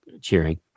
cheering